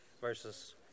versus